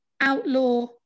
outlaw